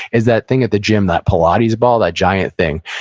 is that thing at the gym, that pilaties ball, that giant thing.